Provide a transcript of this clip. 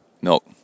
milk